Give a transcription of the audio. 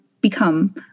become